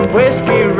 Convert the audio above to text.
Whiskey